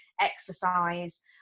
exercise